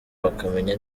bakamenya